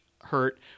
hurt